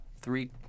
three